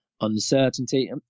uncertainty